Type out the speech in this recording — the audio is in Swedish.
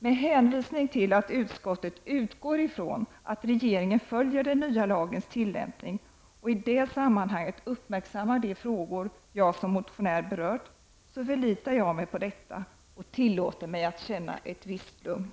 Med hänvisning till att utskottet utgår från att regeringen följer den nya lagens tillämpning och i det sammanhanget uppmärksammar de frågor jag som motionär berört förlitar jag mig på detta och tillåter mig att känna ett visst lugn.